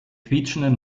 quietschenden